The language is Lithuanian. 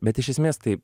bet iš esmės tai